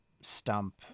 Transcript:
stump